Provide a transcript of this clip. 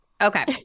Okay